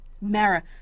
Mara